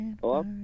Hello